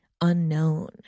unknown